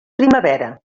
primavera